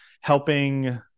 helping